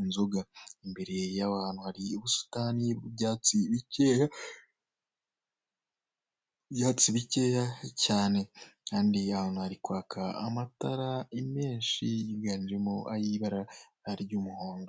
inzoga, imbere y'abantu hari ubusitani bw'ibyatsi bikeya cyane kandi aho hantu hari kwaka amatara menshi yiganjemo ay'ibara ry'umuhondo.